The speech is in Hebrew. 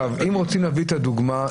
אם רוצים להביא את הדוגמה,